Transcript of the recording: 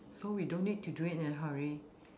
so we don't need to do it in a hurry